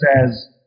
says